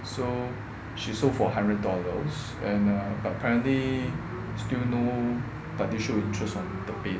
so she sold for hundred dollars and uh but currently still no party show interest on the bed